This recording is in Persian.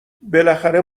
بالاخره